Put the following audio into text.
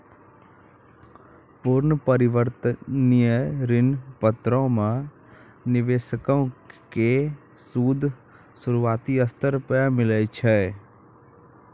पूर्ण परिवर्तनीय ऋण पत्रो मे निवेशको के सूद शुरुआती स्तर पे मिलै छै